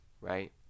right